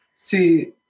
See